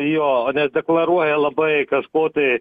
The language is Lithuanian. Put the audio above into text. jo deklaruoja labai kažko tai